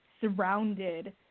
surrounded